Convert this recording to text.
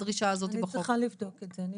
אני צריכה לבדוק את זה.